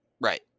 Right